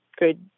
good